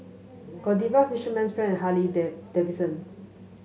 Godiva Fisherman's Friend Harley Dave Davidson